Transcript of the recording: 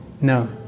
No